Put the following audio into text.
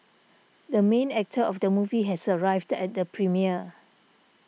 the main actor of the movie has arrived at the premiere